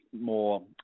more